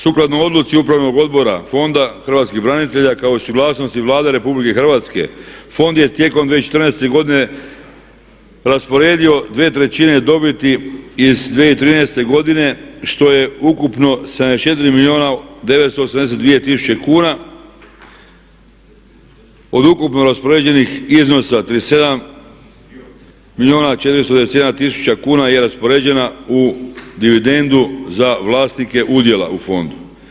Sukladno odluci upravnog odbora Fonda hrvatskih branitelja kao i suglasnosti Vlade RH, fond je tijekom 2014. godine rasporedio dvije trećine dobiti iz 2013.godine što je ukupno 74 milijuna 982 tisuće kuna od ukupno raspoređenih iznosa 37 milijuna 421 tisuća kuna je raspoređena u dividendu za vlasnike udjela u fondu.